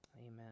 Amen